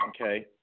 okay